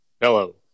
hello